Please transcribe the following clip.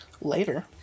Later